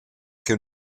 che